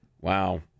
Wow